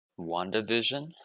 WandaVision